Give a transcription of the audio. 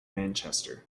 manchester